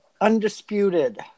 undisputed